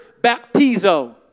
baptizo